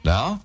Now